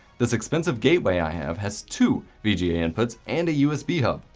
this expensive gateway i have, has two vga inputs, and a usb hub.